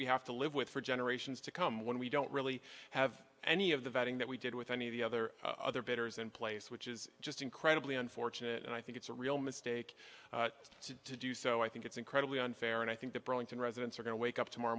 we have to live with for generations to come when we don't really have any of the vetting that we did with any of the other other bidders in place which is just incredibly unfortunate and i think it's a real mistake to do so i think it's incredibly unfair and i think that burlington residents are going to wake up tomorrow